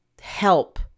help